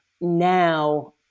Now